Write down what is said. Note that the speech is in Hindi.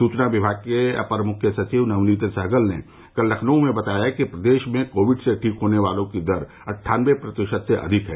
सूचना विभाग के अपर मुख्य सचिव नवनीत सहगल ने कल लखनऊ में बताया कि प्रदेश में कोविड से ठीक होने वालों की दर अट्ठानबे प्रतिशत से अधिक है